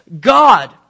God